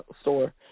store